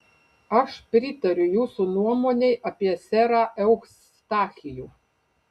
aš pritariu jūsų nuomonei apie serą eustachijų